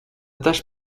tâche